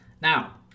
now